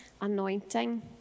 anointing